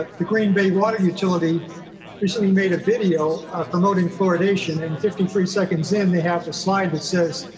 ah the green bay water utility recently made a video promoting fluoridation and fifty three seconds in, they have the slide that says